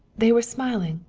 they were smiling,